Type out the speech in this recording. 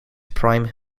prime